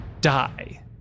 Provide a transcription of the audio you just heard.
die